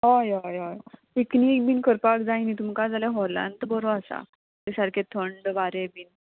हय हय हय पिकनीक बीन करपाक जाय न्ही तुमकां जाल्यार हॉलांत बरो आसा थंय सारके थंड वारें बीन